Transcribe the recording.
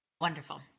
Wonderful